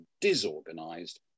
disorganized